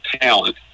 talent